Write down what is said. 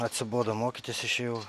atsibodo mokytis išėjau